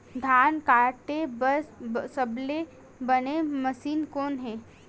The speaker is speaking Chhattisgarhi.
धान काटे बार सबले बने मशीन कोन हे?